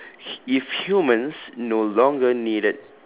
if humans no longer needed